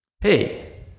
Hey